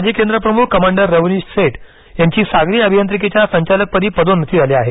माजी केंद्र प्रमुख कमांडर रवनिष सेठ यांची सागरी अभियांत्रिकीच्या संचालकपदी पदोन्नती झाली आहे